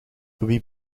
wie